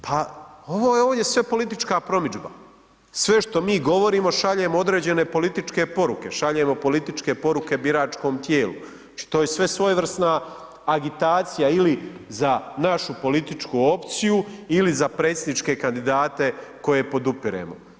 Pa ovo ovdje je sve politička promidžba, sve što mi govorimo, šaljemo određene političke poruke, šaljemo političke poruke biračkom tijelu, to je sve svojevrsna agitacija ili za našu političku opciju ili za predsjedničke kandidate koje podupiremo.